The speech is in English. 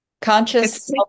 Conscious